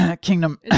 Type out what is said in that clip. kingdom